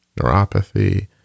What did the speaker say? neuropathy